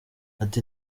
ati